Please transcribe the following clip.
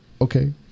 okay